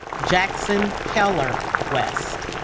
jackson keller west